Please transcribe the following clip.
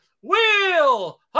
Wheel